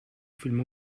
فیلما